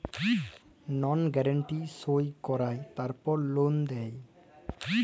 লল গ্যারান্টি সই কঁরায় তারপর লল দেই